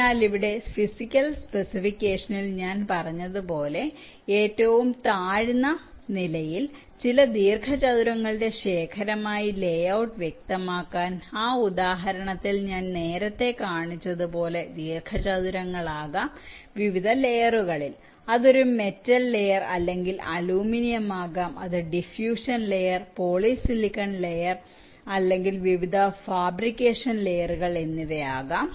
അതിനാൽ ഇവിടെ ഫിസിക്കൽ സ്പെസിഫിക്കേഷനിൽ ഞാൻ പറഞ്ഞതുപോലെ ഏറ്റവും താഴ്ന്ന നിലയിൽ ചില ദീർഘചതുരങ്ങളുടെ ശേഖരമായി ലേഔട്ട് വ്യക്തമാക്കാൻ ആ ഉദാഹരണത്തിൽ ഞാൻ നേരത്തെ കാണിച്ചതുപോലെ ദീർഘചതുരങ്ങൾ ആകാം വിവിധ ലയേറുകളിൽ അത് ഒരു മെറ്റൽ ലയർ അല്ലെങ്കിൽ അലൂമിനിയം ആകാം അത് ഡിഫുഷൻ ലയർ പോളിസിലിക്കൺ ലയർ വിവിധ ഫാബ്രിക്കേഷൻ ലയറുകൾ എന്നിവ ആകാം